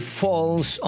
falls